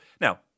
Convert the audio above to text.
Now